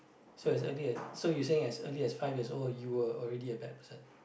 so as early so you saying as early as five years old you were already a bad person